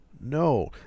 no